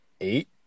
eight